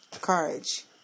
courage